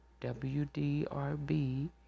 WDRB